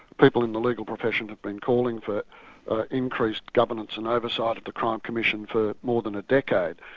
people in the legal profession have been calling for increased governance and oversight of the crime commission for more than a decade,